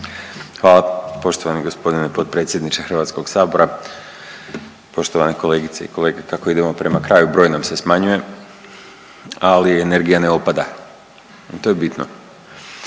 Hvala poštovani g. potpredsjedniče HS. Poštovane kolegice i kolege, kako idemo prema kraju broj nam se smanjuje, ali energija ne opada, to je bitno.